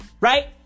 right